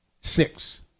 six